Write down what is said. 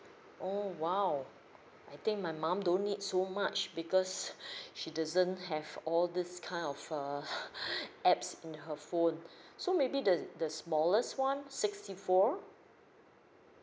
orh !wow! I think my mum don't need so much because she doesn't have all this kind of err apps in her phone so maybe the the smallest one sixty four